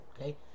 Okay